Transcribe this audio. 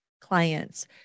clients